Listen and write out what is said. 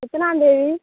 எத்தனாம்தேதி